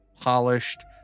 polished